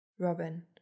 Robin